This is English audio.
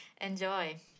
Enjoy